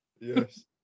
Yes